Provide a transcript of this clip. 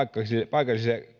paikalliselle